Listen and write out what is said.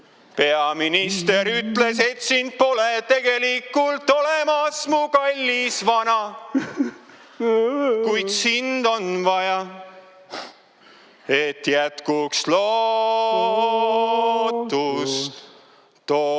Peaminister ütles, et sind pole tegelikult olemas, mu kallis vana. Kuid sind on vaja, et jätkuks lootust